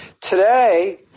Today